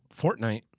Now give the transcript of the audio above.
Fortnite